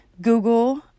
Google